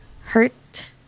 hurt